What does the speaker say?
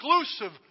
exclusive